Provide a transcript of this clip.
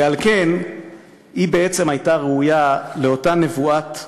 ועל כן היא בעצם הייתה ראויה לאותה נבואת נחמה,